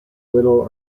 little